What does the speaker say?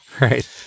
Right